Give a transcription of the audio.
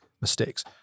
mistakes